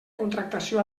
contractació